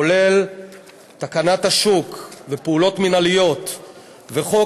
כולל תקנת השוק ופעולות מינהליות וחוק